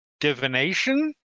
divination